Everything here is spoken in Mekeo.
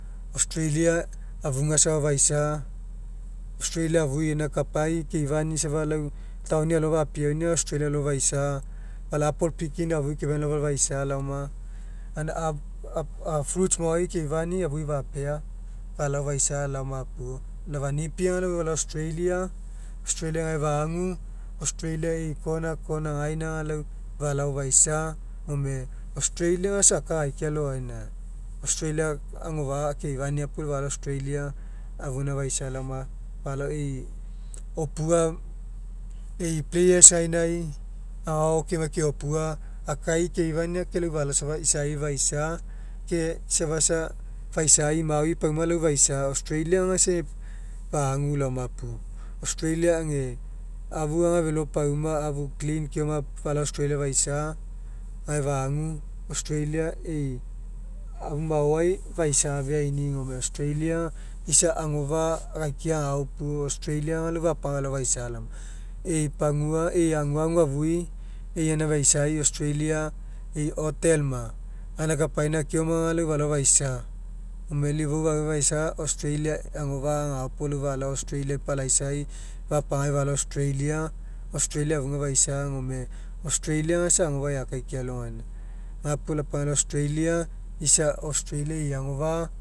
Australia afuga safa faisa australia afui gaina kapai keifani'i safa lau taoni alo fapiauaina australia alo faisa. Falao apple picking afui keifani'i falao faisa laoma. Gaina ape fruits maoai keifani'i afui fapea falao faisa laoma puo lau efau nipi aga falao australia australia egai fa'agu australia e'i corner corner egaina aga lau falao faisa gone australia aga isa aka akaikiai alogaina. Australia agofa'a keifania puo falao australia gaina afu gaina faisa laoma. Falao e'i opua e'i players gainai ao kemai keopua akai keifani kai lau falao isa isai faisa ke isa safa sa faisai imaui pauma lau faisa. Australia'i paisa fa'agu laoma puo australia aga ega afu felo pauma afu clean keoma puo falao australia faisa gae fa'agu australia e'i amu maoai faisa'afeaini'i. Gome australia aga isa agofa'a akaikiai agao puo australia lau fapagai falao faisa laoma. E'i pagua e'i aguagu afui lau gaina faisai australia e'i hotel ma gaina kapaina keoma aga lau falao faisa. Gome lau ifou faisa australia agofa'a agao puo lau falao australia. Palaisai fapagai falao australia australia afuga faisa gome australia aga isa agofa'a eakaikia alogaina. Gapuo lapagai lalao australia isa australia e'i agofa'a